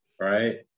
right